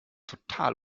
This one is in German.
total